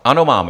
Ano, máme.